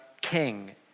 king